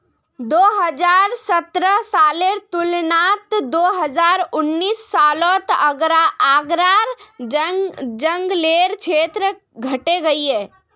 दो हज़ार सतरह सालेर तुलनात दो हज़ार उन्नीस सालोत आग्रार जन्ग्लेर क्षेत्र घटे गहिये